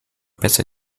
besser